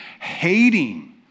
hating